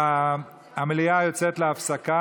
המליאה יוצאת להפסקה.